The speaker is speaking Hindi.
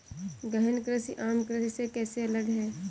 गहन कृषि आम कृषि से कैसे अलग है?